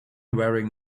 wearing